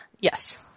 Yes